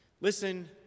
Listen